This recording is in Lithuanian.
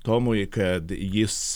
tomui kad jis